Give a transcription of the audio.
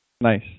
Nice